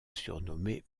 surnommée